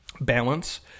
balance